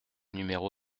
numéro